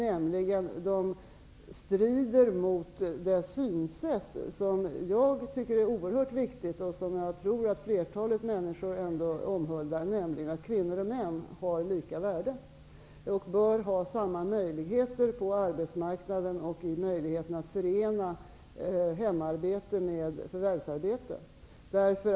De strider nämligen mot det synsätt som jag tycker är oerhört viktigt, och som jag tror att flertalet människor omhuldar, nämligen att kvinnor och män har lika värde och bör ha samma möjligheter på arbetsmarknaden och möjligheten att förena hemarbete med förvärvsarbete.